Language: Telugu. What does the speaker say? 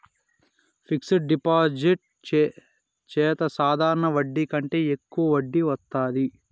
ఫిక్సడ్ డిపాజిట్ చెత్తే సాధారణ వడ్డీ కంటే యెక్కువ వడ్డీ వత్తాది